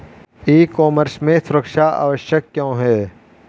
ई commerce में सुरक्षा आवश्यक क्यों है?